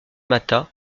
matha